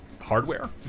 hardware